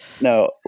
No